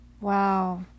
Wow